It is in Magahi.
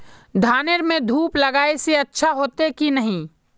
धानेर में धूप लगाए से अच्छा होते की नहीं?